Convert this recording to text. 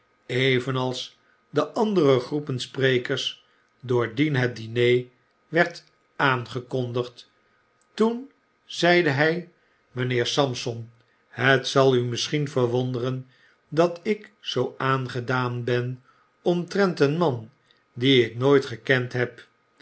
evenals de andere groepen sprekers doordien het diner werd aangekondigd toen zeide hy mynheer sampson het zal u misschien verwonderen dat ik zoo aangedaan ben omtrent een man dien ik nooit gekend heb